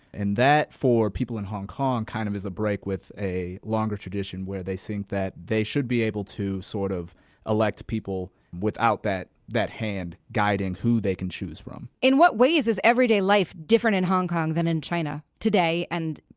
and that for people in hong kong kind of is a break with a longer tradition where they think that they should be able to sort of elect people without that, that hand guiding who they can choose from. lauren henry in what ways is everyday life different in hong kong than in china today? and,